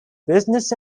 business